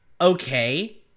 okay